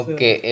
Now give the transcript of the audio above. Okay